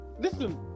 listen